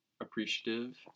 appreciative